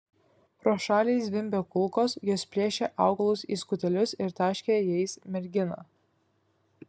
pro šalį zvimbė kulkos jos plėšė augalus į skutelius ir taškė jais merginą